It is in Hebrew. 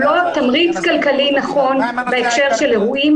לא תמריץ כלכלי נכון בהקשר של אירועים,